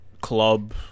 club